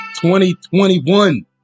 2021